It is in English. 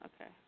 Okay